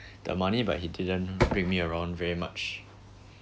the money but he didn't bring me around very much